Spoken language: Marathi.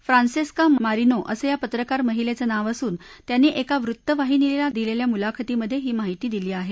फ्रान्सेस्का मारीनो असं या पत्रकार महिलेचं नाव असून त्यांनी एका वृत्तवाहिनीला दिलेल्या मुलाखतीमधे ही माहिती दिली आहे